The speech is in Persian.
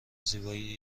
زیبایی